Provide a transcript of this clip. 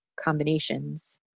combinations